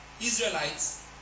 Israelites